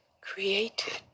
created